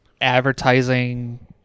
advertising